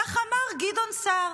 כך אמר גדעון סער.